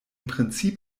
prinzip